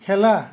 খেলা